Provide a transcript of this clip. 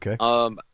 Okay